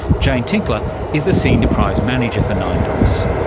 jane tinkler is the senior prize manager for nine dots.